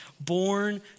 born